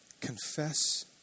Confess